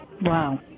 Wow